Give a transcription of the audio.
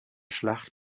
schlacht